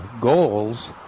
goals